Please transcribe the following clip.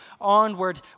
onward